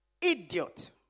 Idiot